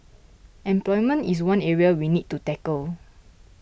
employment is one area we need to tackle